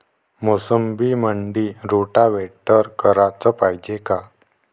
मोसंबीमंदी रोटावेटर कराच पायजे का?